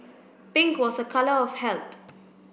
pink was a colour of health